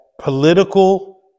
political